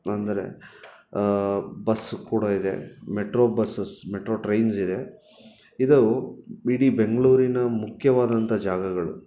ಅಂದರೆ ಬಸ್ಸು ಕೂಡ ಇದೆ ಮೆಟ್ರೋ ಬಸಸ್ ಮೆಟ್ರೋ ಟ್ರೈನ್ಸ್ ಇದೆ ಇದು ಇಡೀ ಬೆಂಗಳೂರಿನ ಮುಖ್ಯವಾದಂಥ ಜಾಗಗಳು